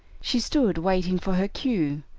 she stood waiting for her cue,